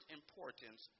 importance